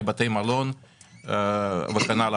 לבתי מלון וכן הלאה.